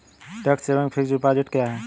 Tax saving fixed deposit क्या है?